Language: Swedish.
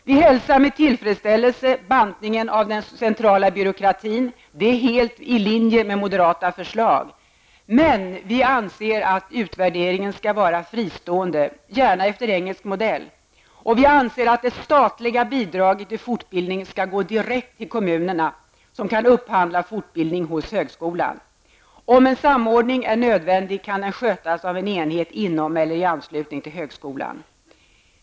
Vi hälsar med tillfredsställelse bantningen av den centrala byråkratin. Det är helt i linje med moderata förslag. Vi anser dock att utvärderingen skall vara fristående -- gärna efter engelsk modell. Vi anser också att det statliga bidraget till fortbildning skall gå direkt till kommunerna, som kan upphandla fortbildning hos högskolan. Om en samordning är nödvändig kan den skötas av en enhet inom eller i anslutning till högskolan.